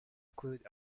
include